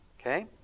Okay